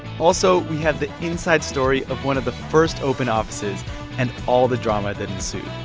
also, we have the inside story of one of the first open offices and all the drama that ensued.